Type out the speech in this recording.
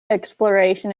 exploration